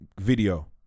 video